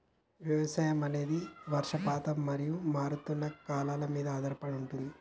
వ్యవసాయం అనేది వర్షపాతం మరియు మారుతున్న కాలాల మీద ఆధారపడి ఉంటది